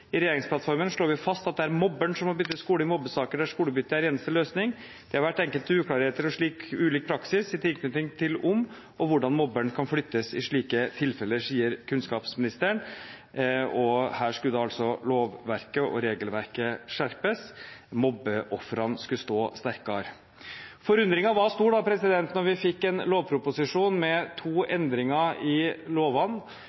«I regjeringsplattformen slår vi fast at det er mobberen som må bytte skole i mobbesaker der skolebytte er eneste løsning. Det har vært enkelte uklarheter og ulik praksis i tilknytning til om og hvordan mobberen kan flyttes i slike tilfeller». Her skulle altså lovverket og regelverket skjerpes. Mobbeofrene skulle stå sterkere. Forundringen var stor da vi fikk en lovproposisjon med to endringer i lovene,